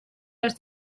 les